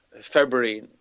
February